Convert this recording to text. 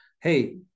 hey